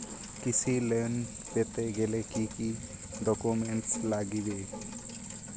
কৃষি লোন পেতে গেলে কি কি ডকুমেন্ট লাগবে?